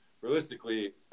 realistically